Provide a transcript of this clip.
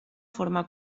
forma